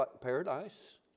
paradise